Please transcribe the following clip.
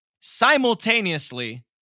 Simultaneously